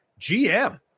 GM